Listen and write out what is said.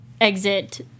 exit